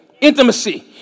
Intimacy